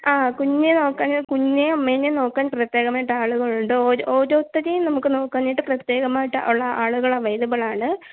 ആ കുഞ്ഞിനെ നോക്കാൻ കുഞ്ഞിനേയും അമ്മേനേയും നോക്കാൻ പ്രത്യേകമായിട്ട് ആളുകളുണ്ട് ഓരോ ഓരോത്തരേം നമുക്ക് നോക്കാനായിട്ട് പ്രത്യേകമായിട്ട് ഉള്ള ആളുകൾ ആവൈലബിൾ ആണ്